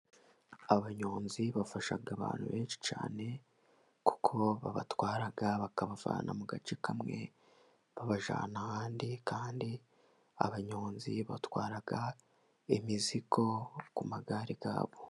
Abanyonzi bafasha abantu benshi cyane, kuko babatwara bakabavana mu gace kamwe babajyana ahandi, kandi abanyonzi batwara imizigo ku magare yabo.